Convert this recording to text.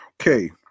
okay